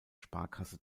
sparkasse